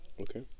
Okay